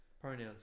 pronouns